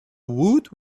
woot